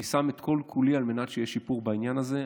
אני שם את כל-כולי על מנת שיהיה שיפור בעניין הזה.